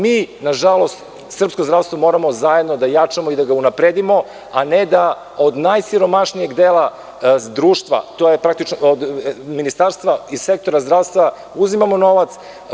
Mi nažalost srpsko zdravstvo moramo zajedno da jačamo i da ga unapredimo, a ne da od najsiromašnijeg dela društva, praktično od ministarstva i sektora zdravstva uzimamo novac.